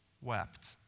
wept